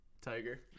Tiger